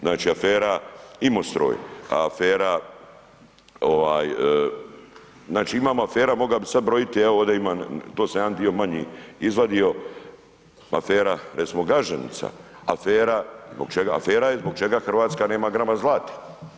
Znači afera Imostroj, afera znači imamo afera, mogao bi sada brojiti, evo ovdje imam, to sam jedan dio manji izvadio, afera recimo Gaženica, afera je zbog čega Hrvatska nema grama zlata.